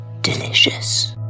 Delicious